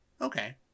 Okay